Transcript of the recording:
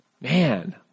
Man